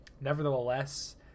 nevertheless